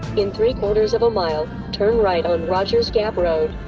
in three quarters of a mile, turn right on rogers gap road.